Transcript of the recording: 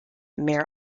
mere